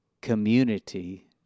community